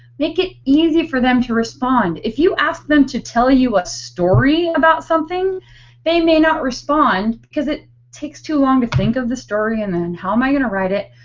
make it easy for them to respond. if you ask them to tell you a story about something they may not respond because it takes too long to think of the story and then how am i going to write it.